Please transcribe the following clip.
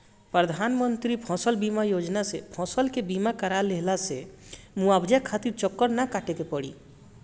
प्रधानमंत्री फसल बीमा योजना से फसल के बीमा कराए लेहला से मुआवजा खातिर चक्कर ना काटे के पड़ी